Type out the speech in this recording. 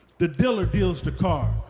the dealer deals the cards,